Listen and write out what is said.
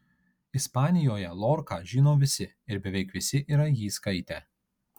ispanijoje lorką žino visi ir beveik visi yra jį skaitę